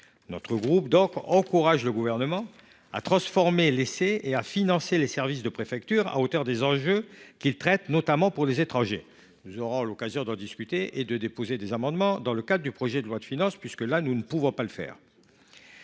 Le GEST encourage le Gouvernement à transformer l’essai et à financer les services de préfecture à la hauteur des enjeux qu’ils traitent, notamment pour les étrangers. Nous aurons l’occasion d’en discuter dans le cadre du projet de loi de finances, puisque nous ne pouvons pas le faire